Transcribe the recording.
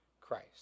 Christ